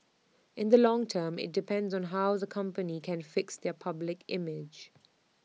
in the long term IT depends on how the company can fix their public image